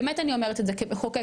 באמת אני אומרת את זה, כמחוקקת.